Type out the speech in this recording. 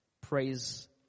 praise